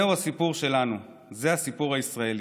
זהו הסיפור שלנו, זה הסיפור הישראלי.